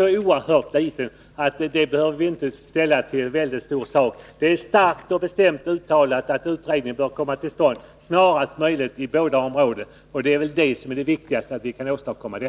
är oerhört liten. Den behöver vi inte blåsa upp till en så oerhört stor sak. I utskottets skrivning har det starkt och bestämt uttalats att utredning bör komma till stånd snarast möjligt på båda områdena, och det viktigaste är väl att vi kan åstadkomma det?